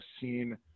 seen